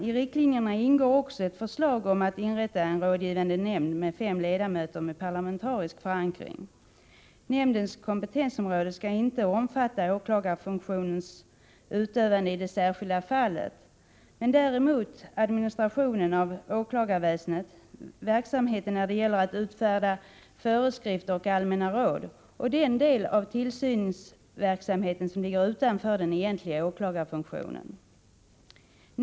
I riktlinjerna ingår också ett förslag om att inrätta en rådgivande nämnd med fem ledamöter med parlamentarisk förankring. Nämndens kompetensområde skall inte omfatta en åklagarfunktions utövande i det särskilda fallet, men däremot administrationen av åklagarväsendet, verksamheten när det gäller att utfärda föreskrifter och allmänna råd och den del av tillsynsverksamheten som ligger utanför den egentliga åklagarfunktionen.